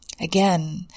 again